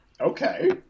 okay